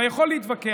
אתה יכול להתווכח.